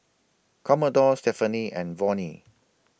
Commodore Stephaine and Vonnie